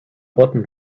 button